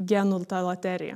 genų ta loterija